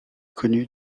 connus